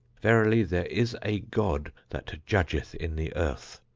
verily there is a god that judgeth in the earth.